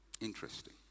Interesting